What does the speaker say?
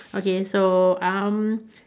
okay so um